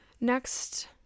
Next